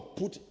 put